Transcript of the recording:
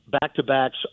back-to-backs